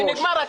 והכסף נגמר.